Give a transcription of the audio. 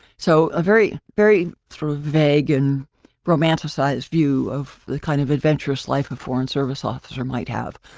so, a very, very through vague and romanticized view of the kind of adventurous life a foreign service officer might have.